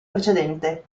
precedente